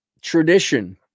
tradition